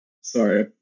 sorry